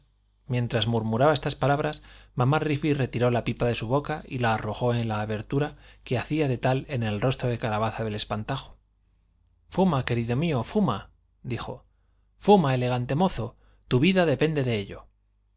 mientras murmuraba estas palabras mamá rigby retiró la pipa de su boca y la arrojó en la abertura que hacía de tal en el rostro de calabaza del espantajo fuma querido mío fuma dijo fuma elegante mozo tu vida depende de ello